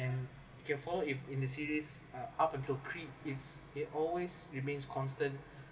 and you can follow if in the series uh up until creed it's it always remains constant